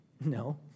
No